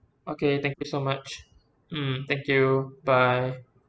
okay thank you so much mm thank you bye